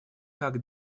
как